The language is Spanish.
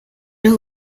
los